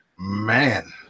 man